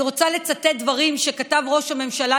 אני רוצה לצטט דברים שכתב ראש הממשלה